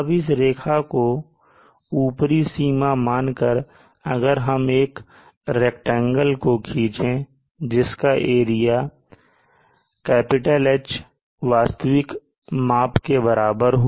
अब इस रेखा को ऊपरी सीमा मानकर अगर हम एक आयत को खींचे जिसका एरिया H वास्तविक माप के बराबर हो